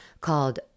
called